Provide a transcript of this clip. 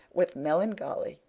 with melancholy,